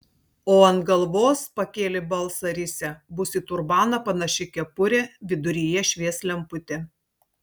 o ant galvos pakėlė balsą risia bus į turbaną panaši kepurė viduryje švies lemputė